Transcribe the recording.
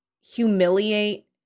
humiliate